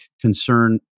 concern